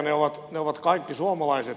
niitä ovat kaikki suomalaiset